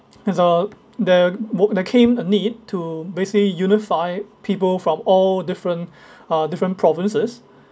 there's a the work there came a need to basically unify people from all different uh different provinces